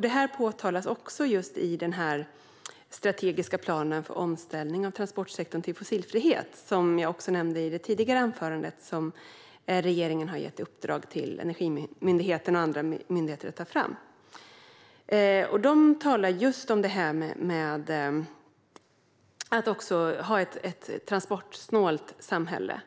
Detta påpekas i den strategiska plan för omställning av transportsektorn till fossilfrihet, som regeringen har gett i uppdrag åt Energimyndigheten och andra att ta fram, som jag nämnde i mitt tidigare anförande. De talar just om ha ett transportsnålt samhälle.